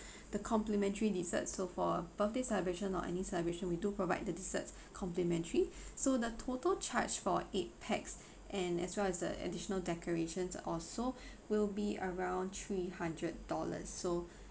the complimentary dessert so for a birthday celebration or any celebration we do provide the desserts complimentary so the total charge for eight pax and as well as the additional decorations also will be around three hundred dollars so